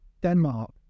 Denmark